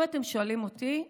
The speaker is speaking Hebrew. אם אתם שואלים אותי,